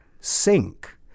sink